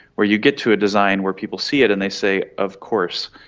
where you get to a design where people see it and they say of course.